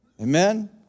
Amen